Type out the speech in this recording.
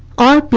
on